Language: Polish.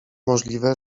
możliwe